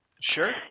Sure